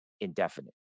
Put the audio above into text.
indefinite